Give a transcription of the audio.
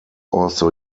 also